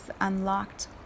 unlocked